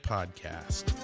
Podcast